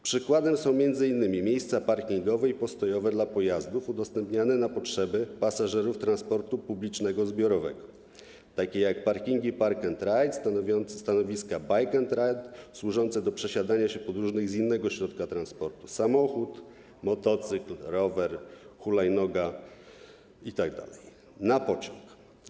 Przykładem są m.in. miejsca parkingowe i postojowe dla pojazdów udostępniane na potrzeby pasażerów transportu publicznego zbiorowego, takie jak parkingi Park & Ride, stanowiska Bike & Ride, służące do przesiadania się podróżnych z innego środka transportu: samochodu, motocykla, roweru, hulajnogi itd. do pociągu.